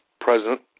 president